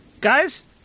Guys